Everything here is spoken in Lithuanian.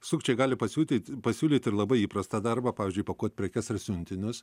sukčiai gali pasiūti pasiūlyt ir labai įprastą darbą pavyzdžiui pakuot prekes ar siuntinius